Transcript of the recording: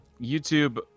YouTube